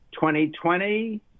2020